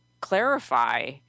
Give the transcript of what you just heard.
clarify